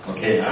Okay